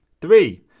Three